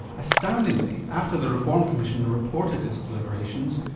astoundingly, after the reform commission reported its deliberations,